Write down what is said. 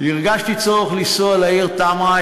הרגשתי צורך לנסוע לעיר תמרה.